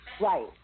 Right